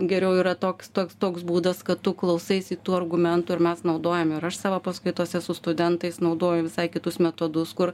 geriau yra toks toks toks būdas kad tu klausaisi tų argumentų ir mes naudojam ir aš savo paskaitose su studentais naudoju visai kitus metodus kur